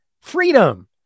Freedom